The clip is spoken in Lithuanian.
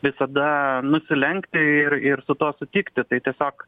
visada nusilenkti ir ir su tuo sutikti tai tiesiog